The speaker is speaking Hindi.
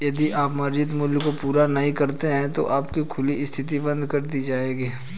यदि आप मार्जिन मूल्य को पूरा नहीं करते हैं तो आपकी खुली स्थिति बंद कर दी जाएगी